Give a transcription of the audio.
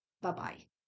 Bye-bye